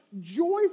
joyful